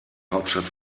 hauptstadt